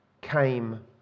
came